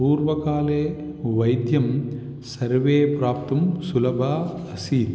पूर्वकाले वैद्यं सर्वैः प्राप्तुं सुलभम् आसीत्